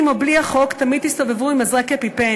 עם או בלי החוק: תמיד תסתובבו עם מזרק אפיפן.